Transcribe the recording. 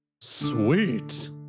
sweet